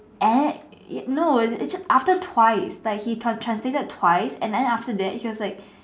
and it no after twice like he he translated twice then after that he was like